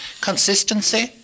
Consistency